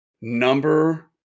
number